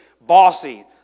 bossy